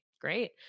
great